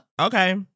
okay